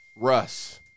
Russ